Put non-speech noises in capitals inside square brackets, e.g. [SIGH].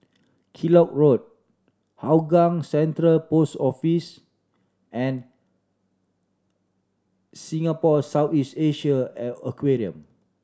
Kellock Road Hougang Central Post Office and Singapore [UNINTELLIGIBLE] is Asia and Aquarium